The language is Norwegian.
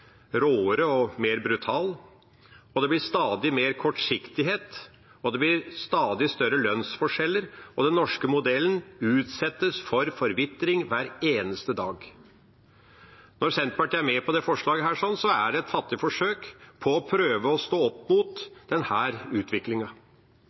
råere og mer brutal. Det blir stadig mer kortsiktighet og stadig større lønnsforskjeller, og den norske modellen utsettes for forvitring hver eneste dag. Når Senterpartiet er med på dette forslaget, er det et fattig forsøk på å prøve å stå opp mot